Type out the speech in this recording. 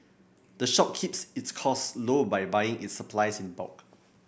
the shop keeps its costs low by buying its supplies in bulk